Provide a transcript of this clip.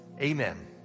Amen